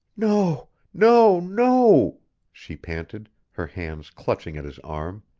no no no she panted, her hands clutching at his arm.